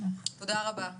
תודה רבה.